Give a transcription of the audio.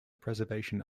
preservation